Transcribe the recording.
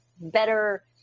better